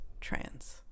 trans